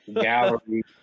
Gallery